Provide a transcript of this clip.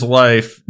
life